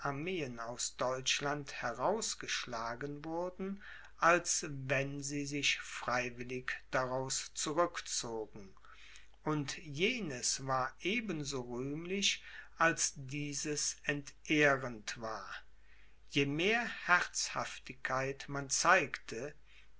armeen aus deutschland herausgeschlagen wurden als wenn sie sich freiwillig daraus zurückzogen und jenes war eben so rühmlich als dieses entehrend war je mehr herzhaftigkeit man zeigte